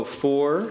four